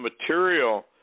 material